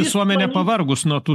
visuomenė pavargus nuo tų